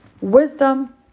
Wisdom